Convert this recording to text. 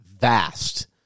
vast